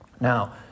Now